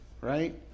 right